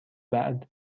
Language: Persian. بعد